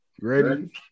Ready